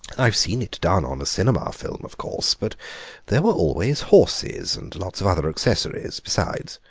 i've seen it done on a cinema film, of course, but there were always horses and lots of other accessories besides,